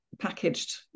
packaged